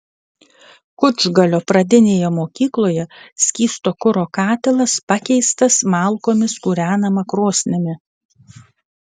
kučgalio pradinėje mokykloje skysto kuro katilas pakeistas malkomis kūrenama krosnimi